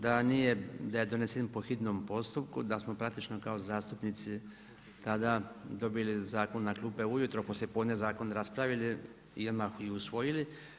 Da je donesen po hitnom sustavu, da smo praktično kao zastupnici tada dobili zakon na klupe ujutro, poslijepodne zakon raspravili i odmah i usvojili.